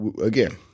again